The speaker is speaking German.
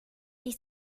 dies